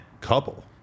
couple